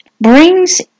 brings